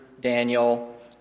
Daniel